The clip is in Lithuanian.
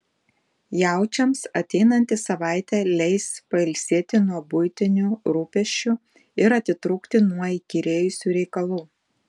jaučiams ateinanti savaitė leis pailsėti nuo buitinių rūpesčių ir atitrūkti nuo įkyrėjusių reikalų